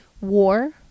War